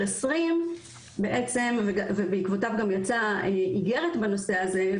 20' ובעקבותיו גם יצאה אגרת בנושא הזה,